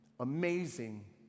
Amazing